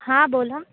हां बोला